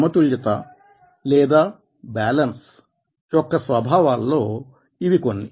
సమతుల్యత లేదా బ్యాలెన్స్ యొక్క స్వభావాలలో ఇవి కొన్ని